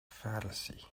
fallacy